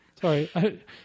Sorry